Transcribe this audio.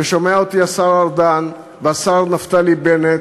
ושומעים אותי השר ארדן והשר נפתלי בנט,